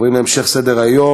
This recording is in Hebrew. עוברים להמשך סדר-היום.